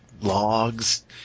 logs